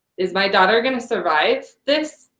is my daughter going to survive this.